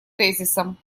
тезисом